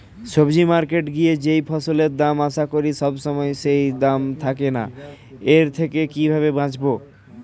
সবজি মার্কেটে গিয়ে যেই ফসলের দাম আশা করি সবসময় সেই দাম থাকে না এর থেকে কিভাবে বাঁচাবো?